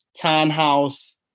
townhouse